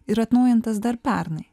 ir atnaujintas dar pernai